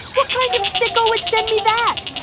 what kind of sicko would send me that?